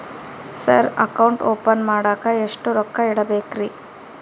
Sir account open ಮಾಡಾಕ ಎಷ್ಟು ರೊಕ್ಕ ಇಡಬೇಕ್ರಿ?